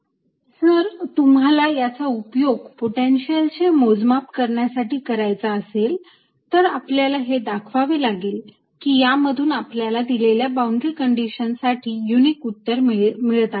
जर तुम्हाला याचा उपयोग पोटेन्शियल चे मोजमाप करण्यासाठी करायचा असेल तर आपल्याला हे दाखवावे लागेल की यामधून आपल्याला दिलेल्या बॉउंडरी कंडिशन साठी युनिक उत्तर मिळत आहे